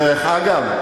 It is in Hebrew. דרך אגב,